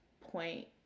point